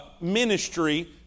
ministry